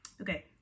Okay